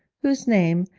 whose name,